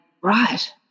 right